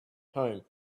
home